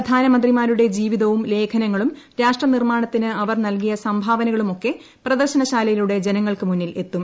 പ്രധാനമന്ത്രിമാരുടെ ജീവിതവും ലേഖനങ്ങളും രാഷ്ട്രനിർമ്മാണത്തിന് അവർ നൽകിയ സംഭാവനകളുമൊക്കെ പ്രദർശന ശാലയിലൂടെ ജനങ്ങൾക്ക് മുന്നിൽ എത്തും